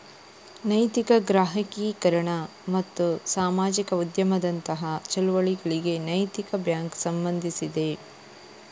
ನೈತಿಕ ಗ್ರಾಹಕೀಕರಣ ಮತ್ತು ಸಾಮಾಜಿಕ ಉದ್ಯಮದಂತಹ ಚಳುವಳಿಗಳಿಗೆ ನೈತಿಕ ಬ್ಯಾಂಕು ಸಂಬಂಧಿಸಿದೆ